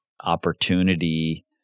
opportunity